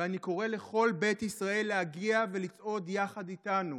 ואני קורא לכל בית ישראל להגיע ולצעוד יחד איתנו.